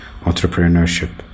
entrepreneurship